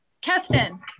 Keston